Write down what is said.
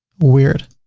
weird.